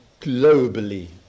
globally